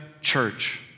church